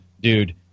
dude